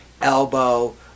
elbow